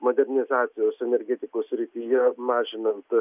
modernizacijos energetikos srityje mažinant